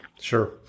Sure